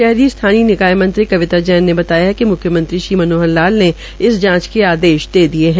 शहरी स्थानीय निकाय मंत्री कविता जैन ने बताया कि मुख्यमंत्री श्री मनोहर लाल ने इस जांच के आदेश दे दिये है